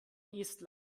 estland